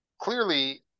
clearly